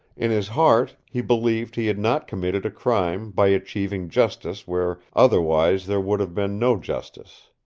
in his heart he believed he had not committed a crime by achieving justice where otherwise there would have been no justice.